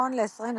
נכון ל־2021.